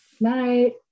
night